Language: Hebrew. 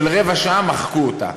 ברבע שעה, מחקו אותה,